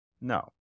No